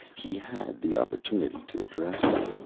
he had the opportunity to address me.